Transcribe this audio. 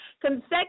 consecutive